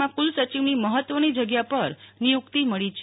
માં કુલસચિવની મહત્ત્વની જગ્યા પર નિયુક્તિ મળી છે